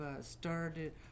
started